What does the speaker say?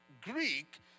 Greek